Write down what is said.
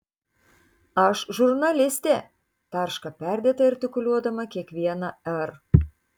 aš žurnalistė tarška perdėtai artikuliuodama kiekvieną r